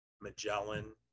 Magellan